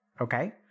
okay